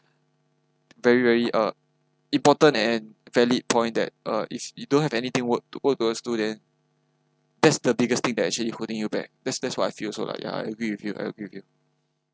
very very uh important and valid point that uh if you don't have anything work work towards then that's the biggest thing that actually holding you back that's that's what I feel also like yeah I agree with you I agree with you